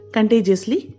Contagiously